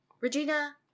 Regina